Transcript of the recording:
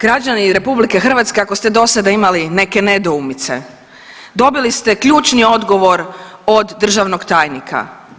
Građani RH ako ste dosada imali neke nedoumice dobili ste ključni odgovor od državnog tajnika.